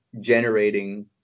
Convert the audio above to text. generating